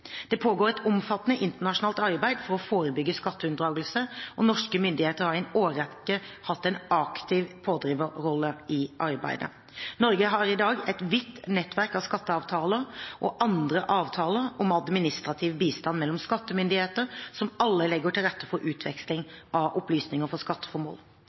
Det pågår et omfattende internasjonalt arbeid for å forebygge skatteunndragelse, og norske myndigheter har i en årrekke hatt en aktiv pådriverrolle i arbeidet. Norge har i dag et vidt nettverk av skatteavtaler og andre avtaler om administrativ bistand mellom skattemyndigheter, som alle legger til rette for utveksling av opplysninger for